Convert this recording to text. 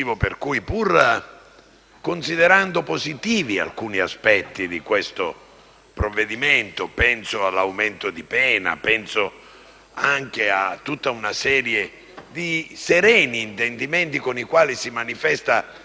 considerando positivi alcuni aspetti del provvedimento in esame - penso all'aumento di pena e a tutta una serie di sereni intendimenti con i quali si manifesta la volontà